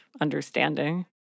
understanding